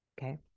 okay